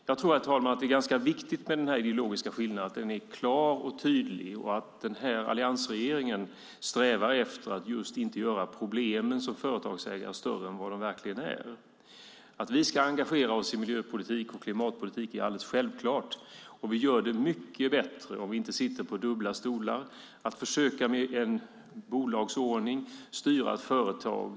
Jag tror, herr talman, att det är ganska viktigt att den ideologiska skillnaden är klar och tydlig och att alliansregeringen strävar efter att inte göra problemen som företagsägare större än vad de verkligen är. Att vi ska engagera oss i miljöpolitik och klimatpolitik är alldeles självklart. Och vi gör det mycket bättre om vi inte sitter på dubbla stolar och med en bolagsordning försöker styra ett företag.